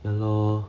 ya lor